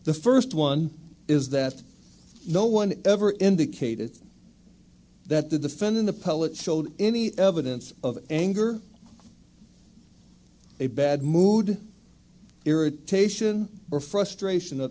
the first one is that no one ever indicated that the defendant the pellets showed any evidence of anger a bad mood irritation or frustration of